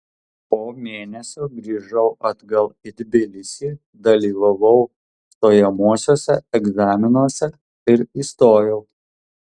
po mėnesio grįžau atgal į tbilisį dalyvavau stojamuosiuose egzaminuose ir įstojau